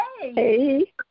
Hey